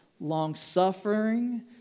long-suffering